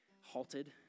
halted